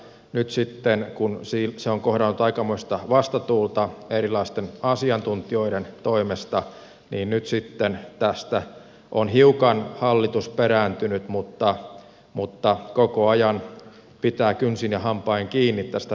nyt kun se on kohdannut aikamoista vastatuulta erilaisten asiantuntijoiden toimesta tästä on hiukan hallitus perääntynyt mutta koko ajan pitää kynsin ja hampain kiinni tästä perustavoitteestaan